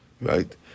Right